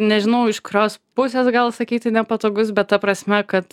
nežinau iš kurios pusės gal sakyti nepatogus bet ta prasme kad